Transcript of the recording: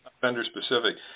vendor-specific